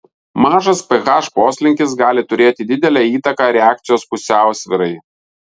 mažas ph poslinkis gali turėti didelę įtaką reakcijos pusiausvyrai